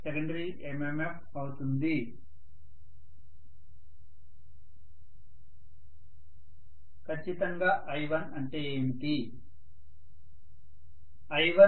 "professor విద్యార్థి సంభాషణ ప్రారంభమవుతుంది" విద్యార్థి ఖచ్చితంగా I1 అంటే ఏమిటి